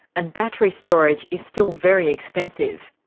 and battery storage is still very expensive.